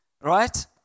Right